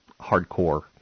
hardcore